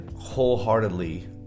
wholeheartedly